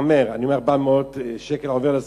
אני אומר, 400 שקל עובר לסוחר.